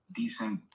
decent